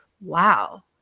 wow